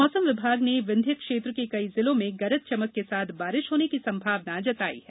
मौसम विभाग ने विंध्य क्षेत्र के कई जिलों में गरज चमक के साथ बारिश होने की संभावना जताई है